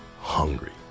hungry